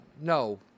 no